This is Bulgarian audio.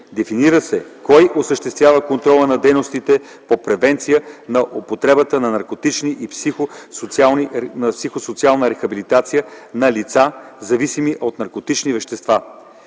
Дефинира се кой осъществява контрола на дейностите по превенция на употребата на наркотици и психо-социалната рехабилитация на лица, зависими от наркотични вещества.